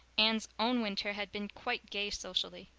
anne's own winter had been quite gay socially.